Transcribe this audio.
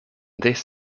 this